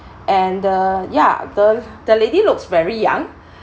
and the ya the l~ the lady looks very young